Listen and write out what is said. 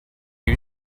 you